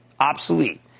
obsolete